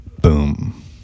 Boom